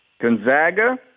Gonzaga